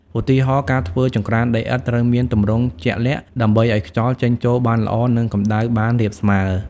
ឧទាហរណ៍ ការធ្វើចង្ក្រានដីឥដ្ឋ ត្រូវមានទម្រង់ជាក់លាក់ដើម្បីឲ្យខ្យល់ចេញចូលបានល្អ និងកម្ដៅបានរាបស្មើ។